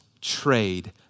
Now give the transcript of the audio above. trade